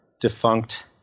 defunct